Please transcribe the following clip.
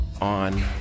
on